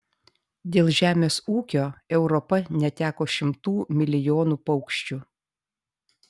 dėl žemės ūkio europa neteko šimtų milijonų paukščių